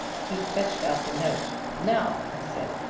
he fetched out the note. now, he said,